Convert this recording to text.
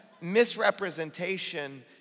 misrepresentation